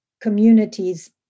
communities